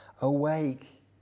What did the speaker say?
awake